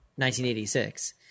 1986